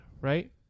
right